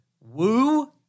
Woo